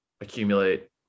accumulate